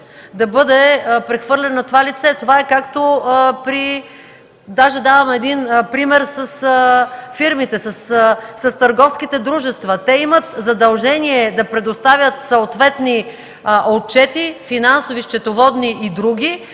да бъде прехвърлен на това лице. Ще дам пример с фирмите, с търговските дружества. Те имат задължение да представят съответни отчети – финансови, счетоводни и други,